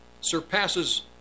surpasses